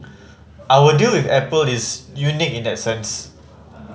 our deal with Apple is unique in that sense